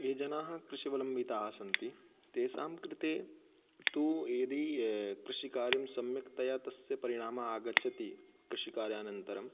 ये जनाः कृष्यवलंबिताः सन्ति तेषां कृते तु यदि कृषिकार्यं सम्यक्तया तस्य परिणामः आगच्छति कृषिकार्यानन्तरं